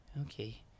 okay